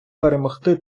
перемогти